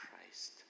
Christ